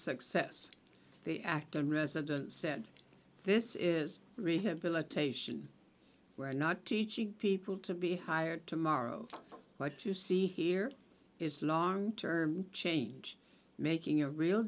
success the actor in residence said this is rehabilitation we're not teaching people to be hired tomorrow what you see here is long term change making a real